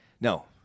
No